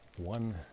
one